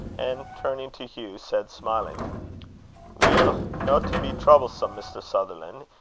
and, turning to hugh, said, smiling weel, no to be troublesome, mr. sutherlan',